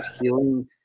healing